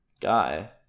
guy